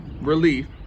relief